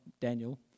Daniel